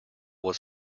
was